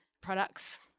products